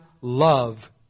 love